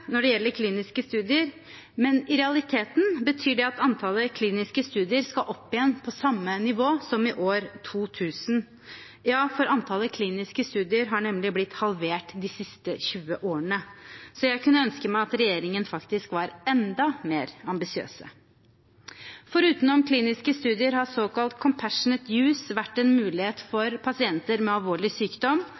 når det gjelder kliniske studier, men i realiteten betyr det at antallet kliniske studier skal opp igjen på samme nivå som i 2000. Ja, for antallet kliniske studier er nemlig blitt halvert de siste 20 årene. Jeg skulle ønske regjeringen faktisk var enda mer ambisiøs. Foruten kliniske studier har såkalt «compassionate use» vært en mulighet for pasienter med alvorlig sykdom